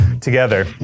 together